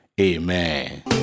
Amen